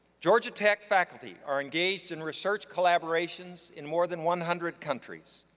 georgia tech faculty are engaged in research collaborations in more than one hundred countries.